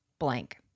blank